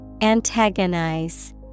Antagonize